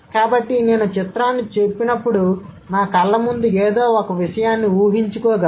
కాబట్టి నేను చిత్రాన్ని చెప్పినప్పుడు నా కళ్ల ముందు ఏదో ఒక విషయాన్ని ఊహించుకోగలను